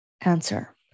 answer